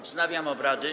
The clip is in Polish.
Wznawiam obrady.